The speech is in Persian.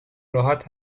راحت